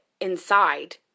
inside